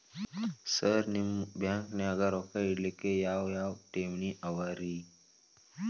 Sir ನಿಮ್ಮ ಬ್ಯಾಂಕನಾಗ ರೊಕ್ಕ ಇಡಲಿಕ್ಕೆ ಯಾವ್ ಯಾವ್ ಠೇವಣಿ ಅವ ರಿ?